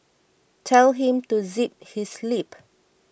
tell him to zip his lip